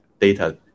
data